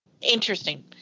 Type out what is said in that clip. Interesting